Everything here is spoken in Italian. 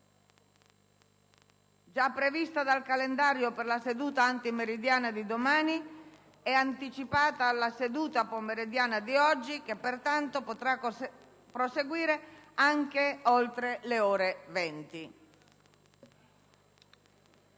già prevista dal calendario per la seduta antimeridiana di domani, è anticipata alla seduta pomeridiana di oggi, che pertanto potrà perseguire anche oltre le ore 20.